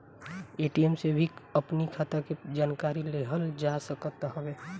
ATM से भी अपनी खाता के जानकारी लेहल जा सकत हवे